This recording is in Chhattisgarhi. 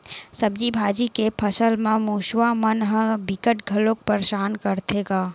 सब्जी भाजी के फसल म मूसवा मन ह बिकट घलोक परसान करथे गा